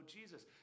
Jesus